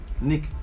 Nick